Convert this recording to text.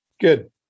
Good